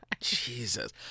Jesus